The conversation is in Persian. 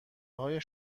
های